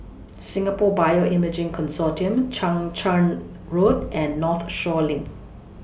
Singapore Bioimaging Consortium Chang Charn Road and Northshore LINK